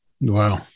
Wow